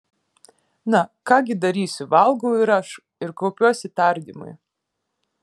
na ką gi darysiu valgau ir aš ir kaupiuosi tardymui